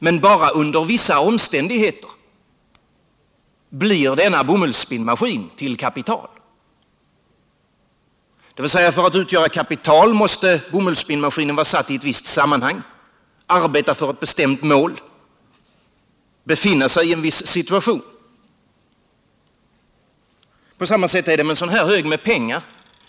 Men bara under vissa omständigheter blir denna spinnmaskin till kapital, dvs. att för att utgöra kapital måste bomullsspinnmaskinen vara satt i ett visst sammanhang, arbeta för ett bestämt mål, befinna sig i en viss situation. På samma sätt är det med en hög pengar.